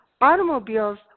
automobiles